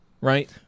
right